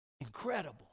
incredible